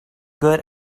good